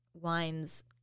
wines